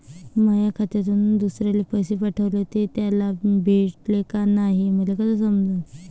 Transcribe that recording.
माया खात्यातून दुसऱ्याले पैसे पाठवले, ते त्याले भेटले का नाय हे मले कस समजन?